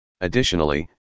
Additionally